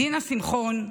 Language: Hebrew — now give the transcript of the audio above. דינה שמחון,